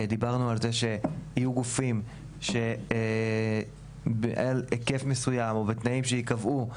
דיברנו על זה שיהיו גופים שמעל היקף מסוים או בתנאים שייקבעו,